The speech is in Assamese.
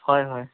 হয় হয়